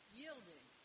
yielding